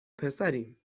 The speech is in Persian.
پسریم